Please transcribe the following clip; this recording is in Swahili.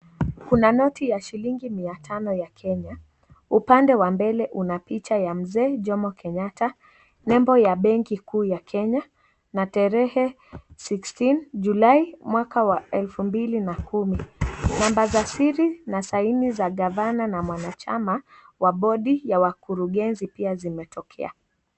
Kuna noti ya shilingi mia tano ya Kenya. Upande wa mbele una picha ya mzee Jomo Kenyatta, nembo ya benki kuu ya Kenya, na tarehe 16 July mwaka wa elfu mbili na kumi. Namba za siri na saini za gavana na mwanachama wa bodi ya wakurugenzi pia zimetokea.